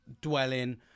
dwelling